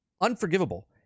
unforgivable